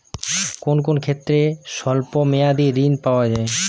কোন কোন ক্ষেত্রে স্বল্প মেয়াদি ঋণ পাওয়া যায়?